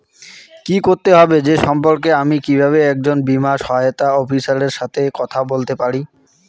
কী করতে হবে সে সম্পর্কে আমি কীভাবে একজন বীমা সহায়তা অফিসারের সাথে কথা বলতে পারি?